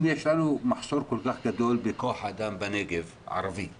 אם יש לנו מחסור כל כך גדול בכח אדם ערבי בנגב,